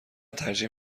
ترجیح